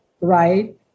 right